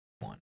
one